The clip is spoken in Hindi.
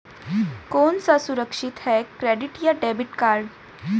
कौन सा सुरक्षित है क्रेडिट या डेबिट कार्ड?